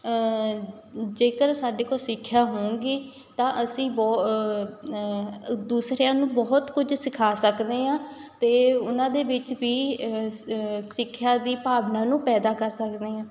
ਜੇਕਰ ਸਾਡੇ ਕੋਲ ਸਿੱਖਿਆ ਹੋਊਗੀ ਤਾਂ ਅਸੀਂ ਬਹੁ ਦੂਸਰਿਆਂ ਨੂੰ ਬਹੁਤ ਕੁਝ ਸਿਖਾ ਸਕਦੇ ਹਾਂ ਅਤੇ ਉਹਨਾਂ ਦੇ ਵਿੱਚ ਵੀ ਸਿੱਖਿਆ ਦੀ ਭਾਵਨਾ ਨੂੰ ਪੈਦਾ ਕਰ ਸਕਦੇ ਹਾਂ